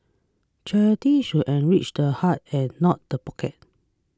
charity should enrich the heart and not the pocket